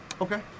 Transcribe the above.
Okay